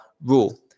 rule